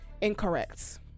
Incorrect